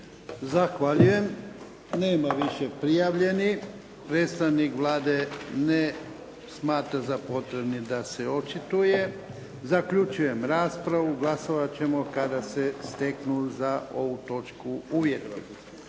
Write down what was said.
Zahvaljujem. Nema više prijavljenih. Predstavnik Vlade ne smatra za potrebnim da se očituje. Zaključujem raspravu. Glasovat ćemo kada se steknu za ovu točku uvjeti.